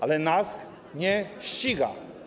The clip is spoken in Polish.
Ale NASK nie ściga.